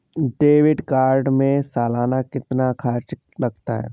Debit card में सालाना कितना खर्च लगता है?